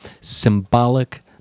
symbolic